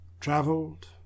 traveled